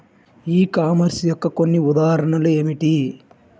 ఈ కామర్స్ యొక్క కొన్ని ఉదాహరణలు ఏమిటి?